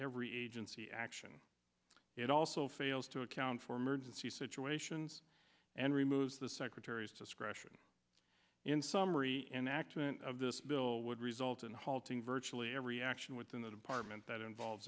every agency action it also fails to account for emergency situations and removes the secretary's discretion in summary enactment of this bill would result in halting virtually every action within the department that involves